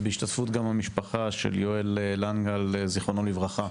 בהשתתפות המשפחה של יואל להנגהל זכרונו לברכה,